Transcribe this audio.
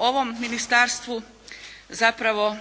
ovom ministarstvu zapravo